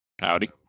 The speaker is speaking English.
Howdy